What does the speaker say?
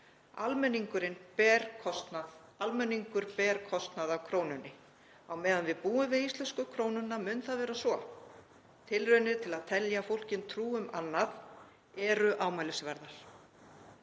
Almenningur ber kostnað af krónunni. Á meðan við búum við íslensku krónuna mun það vera svo. Tilraunir til að telja fólki trú um annað eru ámælisverðar.